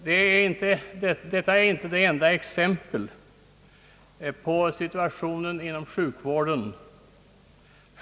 Detta är inte det enda exemplet på situationen inom sjukvården.